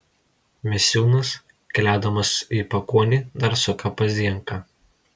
misiūnas keliaudamas į pakuonį dar suka pas zienką